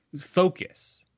Focus